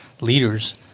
leaders